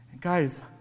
Guys